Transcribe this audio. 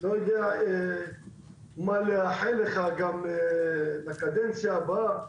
לא יודע מה לאחל לך בקדנציה הבאה,